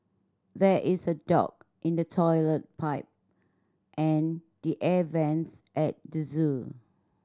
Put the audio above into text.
there is a dog in the toilet pipe and the air vents at the zoo